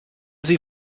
sie